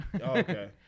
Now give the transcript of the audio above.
okay